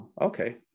Okay